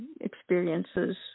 experiences